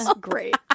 Great